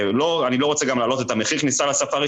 אני לא רוצה גם להעלות את מחיר הכניסה לספארי,